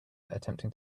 attempting